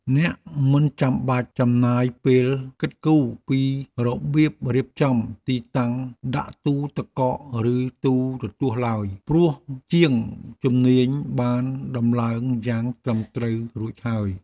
អ្នកមិនចាំបាច់ចំណាយពេលគិតគូរពីរបៀបរៀបចំទីតាំងដាក់ទូទឹកកកឬទូរទស្សន៍ឡើយ ព្រោះជាងជំនាញបានដំឡើងយ៉ាងត្រឹមត្រូវរួចហើយ។